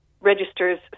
registers